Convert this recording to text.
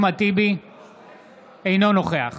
אינו נוכח